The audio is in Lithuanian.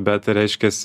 bet reiškias